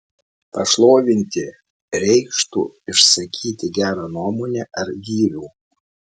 pašlovinti reikštų išsakyti gerą nuomonę ar gyrių